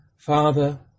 Father